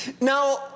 Now